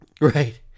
Right